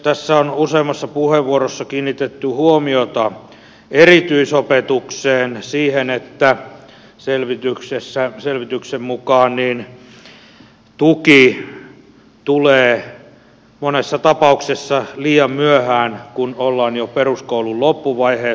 tässä on useammassa puheenvuorossa kiinnitetty huomiota erityisopetukseen siihen että selvityksen mukaan tuki tulee monessa tapauksessa liian myöhään kun ollaan jo peruskoulun loppuvaiheessa